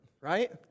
right